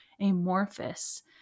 amorphous